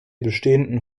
bestehenden